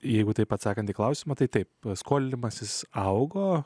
jeigu taip atsakant į klausimą tai taip skolinimasis augo